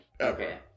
Okay